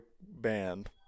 band